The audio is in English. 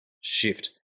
shift